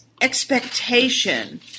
expectation